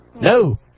No